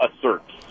assert